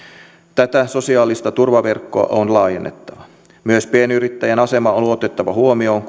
tätä sosiaalista turvaverkkoa on laajennettava myös pienyrittäjän asema on on otettava huomioon